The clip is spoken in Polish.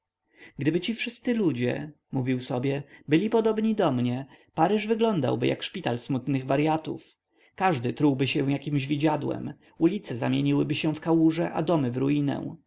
gdyby ci wszyscy ludzie mówił sobie byli podobni do mnie paryż wyglądałby jak szpital smutnych waryatów każdy trułby się jakiemś widziadłem ulice zamieniłyby się w kałuże a domy w ruinę